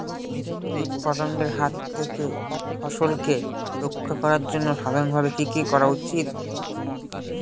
কীটপতঙ্গের হাত থেকে ফসলকে রক্ষা করার জন্য সাধারণভাবে কি কি করা উচিৎ?